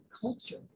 culture